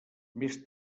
més